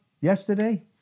yesterday